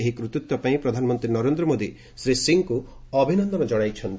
ଏହି କୂତିତ୍ୱ ପାଇଁ ପ୍ରଧାନମନ୍ତ୍ରୀ ନରେନ୍ଦ୍ର ମୋଦି ଶ୍ରୀ ସିଂଙ୍କୁ ଅଭିନନ୍ଦନ ଜଣାଇଛନ୍ତି